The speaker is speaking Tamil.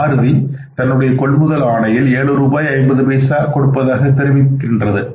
மாருதி தன்னுடைய கொள்முதல் ஆணையில் 7 ரூபாய் 50 பைசா கொடுப்பதாகக் தெரிவிக்கின்றது